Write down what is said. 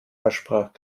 versprach